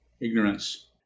ignorance